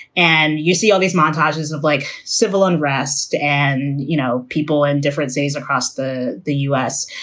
and you see all these montages of like civil unrest and, you know, people in different cities across the the u s.